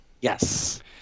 Yes